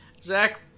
Zach